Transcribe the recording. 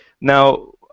Now